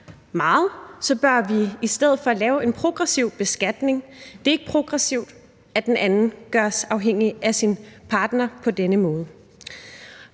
meget, bør vi i stedet for lave en progressiv beskatning. Det er ikke progressivt, at den anden gøres afhængig af sin partner på denne måde.